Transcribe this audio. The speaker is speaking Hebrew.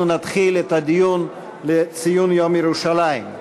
אנחנו נתחיל את הדיון לציון יום ירושלים.